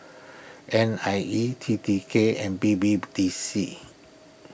N I E T T K and B B D C